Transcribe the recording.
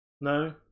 No